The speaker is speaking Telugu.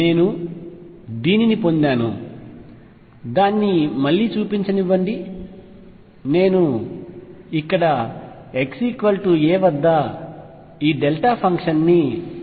నేను దీనిని పొందాను దాన్ని మళ్లీ చూపించనివ్వండి నేను ఇక్కడ x a వద్ద ఈ డెల్టా ఫంక్షన్ని ఇంటిగ్రేట్ చేస్తున్నాను